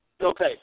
Okay